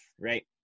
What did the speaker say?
right